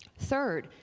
third,